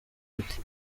ati